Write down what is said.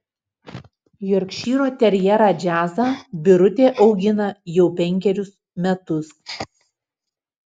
jorkšyro terjerą džiazą birutė augina jau penkerius metus